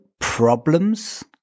problems